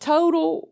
Total